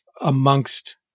amongst